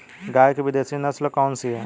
गाय की विदेशी नस्ल कौन सी है?